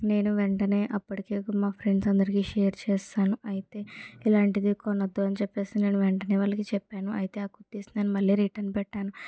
నేను వెంటనే అప్పటికే మా ఫ్రెండ్స్ అందరికి షేర్ చేసేసాను అయితే ఇలాంటిది కొనొద్దు అని చెప్పేసి నేను వెంటనే వాళ్ళకి చెప్పాను అయితే ఆ కుర్తిస్ నేన్ మళ్ళీ రిటర్న్ పెట్టాను